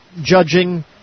judging